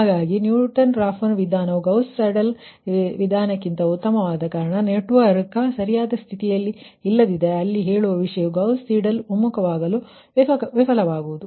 ಆದ್ದರಿಂದ Newton Raphson ವಿಧಾನವು Gauss Seidel ವಿಧಾನಕ್ಕಿಂತ ಉತ್ತಮವಾಗಿದೆ ಮತ್ತು ನೆಟ್ವರ್ಕ್ ಸರಿಯಾದ ಸ್ಥಿತಿಯಲ್ಲಿ ಇಲ್ಲದಿದ್ದರೆ ಅಲ್ಲಿ ಹೇಳುವ ವಿಷಯವು ಗೌಸ್ ಸೀಡೆಲ್ ಒಮ್ಮುಖವಾಗಲು ವಿಫಲವಾಗಬಹುದು